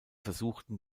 versuchten